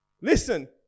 Listen